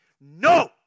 No